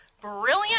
brilliant